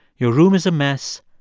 your room is a mess.